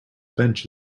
bench